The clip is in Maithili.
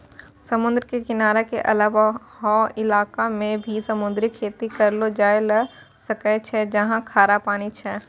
समुद्र के किनारा के अलावा हौ इलाक मॅ भी समुद्री खेती करलो जाय ल सकै छै जहाँ खारा पानी छै